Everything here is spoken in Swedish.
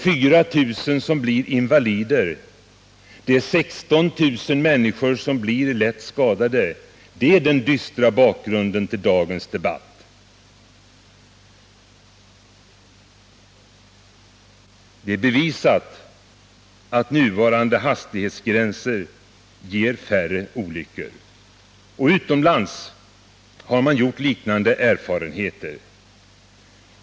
4 000 människor blir invalider. 16 000 blir lätt skadade. Det är den dystra bakgrunden till dagens debatt. Det är bevisat att nuvarande hastighetsbegränsningar ger färre olyckor. Också utomlands har man gjort liknande erfarenheter.